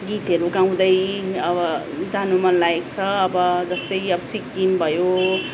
गीतहरू गाउँदै अब जानु मन लागेको छ अब जस्तै अब सिक्किम भयो